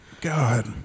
God